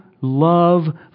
love